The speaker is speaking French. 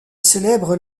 célèbre